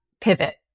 pivot